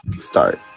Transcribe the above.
start